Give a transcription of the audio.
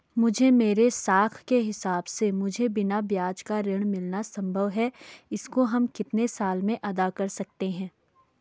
मुझे मेरे साख के हिसाब से मुझे बिना ब्याज का ऋण मिलना संभव है इसको हम कितने साल में अदा कर सकते हैं?